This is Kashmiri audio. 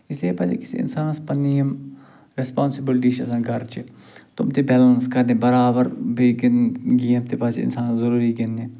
اس لیے پَزِ أکِس انسانس پنٛنہِ یِم ریسپانسِبٕلِٹی چھِ آسان گرچہِ تِم تہِ بیلنس کرنہِ برابر بییٚہِ کِنۍ گیم تہِ پَزِ انسانس ضٔروٗری گِنٛدنہِ